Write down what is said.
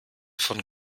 von